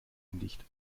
undicht